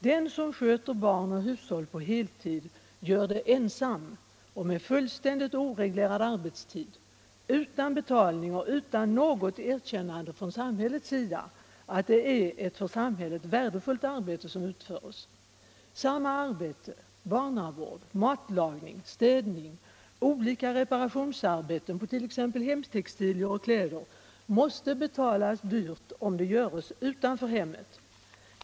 Den som sköter barn och hushåll på heltid, som gör det ensam med helt oreglerad arbetstid, utan betalning och utan något erkännande från samhällets sida utför ändå ett för samhället mycket värdefullt arbete. För samma arbete — barnavård, matlagning, städning, olika reparationsarbeten på 1. ex. hemtextilier och kläder — måste betalas dyrt, om arbetet utförs utanför hemmet.